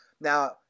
Now